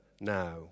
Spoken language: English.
now